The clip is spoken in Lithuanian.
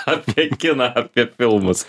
apie kiną apie filmus